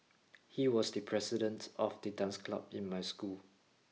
he was the president of the dance club in my school